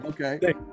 okay